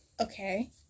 Okay